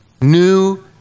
new